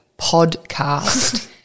podcast